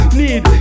need